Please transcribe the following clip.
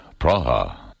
Praha